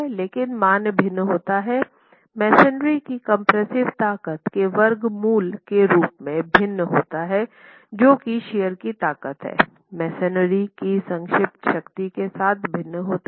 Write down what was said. लेकिन मान भिन्न होता है मेसनरी की कम्प्रेस्सिव ताकत के वर्ग मूल के रूप में भिन्न होता है जो कि शियर की ताकत हैं मेसनरी की संक्षिप्त शक्ति के साथ भिन्न होती है